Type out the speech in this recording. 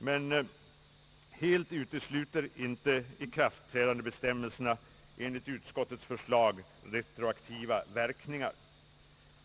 Men utskottets förslag till ikraftträdandebestämmelser utesluter inte retroaktiva verkningar.